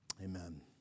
Amen